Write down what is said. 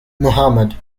muhammad